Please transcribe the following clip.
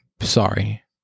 sorry